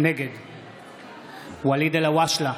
נגד ואליד אלהואשלה,